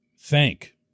thank